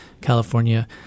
California